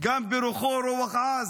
"גם ברוחו, רוח עז".